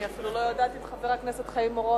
אני אפילו לא יודעת אם חבר הכנסת חיים אורון,